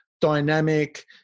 dynamic